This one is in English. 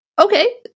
okay